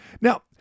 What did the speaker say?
Now